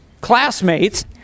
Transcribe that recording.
classmates